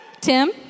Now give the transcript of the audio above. Tim